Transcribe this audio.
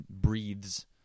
breathes